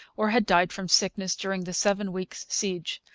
or had died from sickness, during the seven weeks' siege.